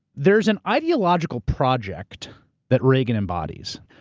there's an ideological project that reagan embodies.